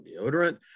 deodorant